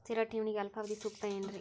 ಸ್ಥಿರ ಠೇವಣಿಗೆ ಅಲ್ಪಾವಧಿ ಸೂಕ್ತ ಏನ್ರಿ?